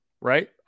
right